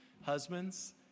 Husbands